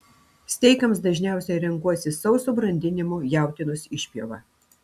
steikams dažniausiai renkuosi sauso brandinimo jautienos išpjovą